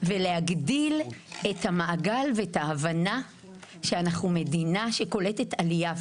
ולהגדיל את המעגל ואת ההבנה שאנחנו מדינה שקולטת עלייה.